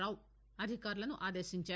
రావు అధికారులను ఆదేశించారు